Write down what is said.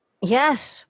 Yes